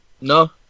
No